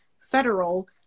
federal